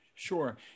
Sure